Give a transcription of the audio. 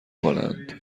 کنند